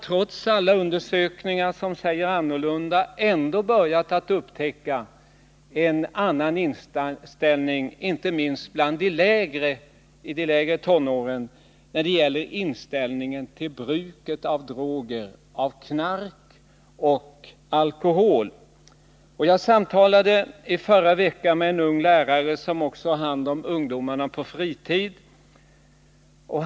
Trots alla undersökningar som säger annorlunda har man ändå kunnat upptäcka en annan inställning, inte minst när det gäller ungdomar i de lägre tonåren, till bruket av droger, knark och alkohol. I förra veckan samtalade jag med en ung lärare, som har hand om ungdomar också på fritiden.